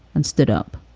and stood up.